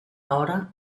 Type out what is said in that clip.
hora